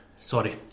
sorry